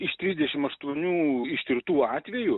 iš trisdešim aštuonių ištirtų atvejų